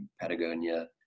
patagonia